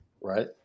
right